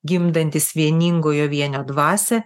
gimdantys vieningojo vienio dvasia